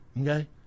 okay